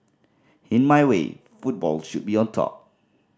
in my way football should be on top